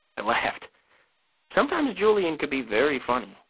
and laughed. sometimes julian could be very funny.